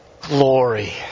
glory